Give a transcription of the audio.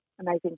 amazing